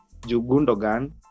Jugundogan